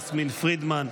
יסמין פרידמן,